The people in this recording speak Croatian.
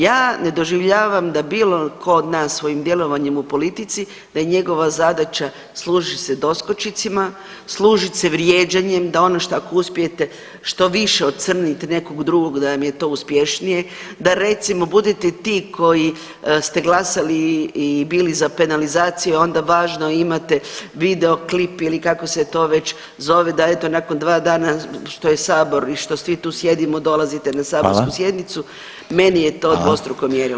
Ja ne doživljavam da bilo tko od nas svojim djelovanjem u politici da je njegova zadaća služit se doskočicama, služit se vrijeđanjem, da ono što ako uspijete što više ocrnit nekog drugog da vam je to uspješnije, da recimo budete ti koji ste glasali i bili za penalizaciju onda važno imate videoklip ili kako se to već zove da eto nakon dva dana što je sabor i što svi tu sjedimo dolazite na saborsku sjednicu [[Upadica: Hvala.]] meni je to dvostruko mjerilo.